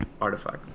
Artifact